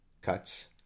Cuts